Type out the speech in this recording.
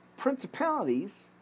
principalities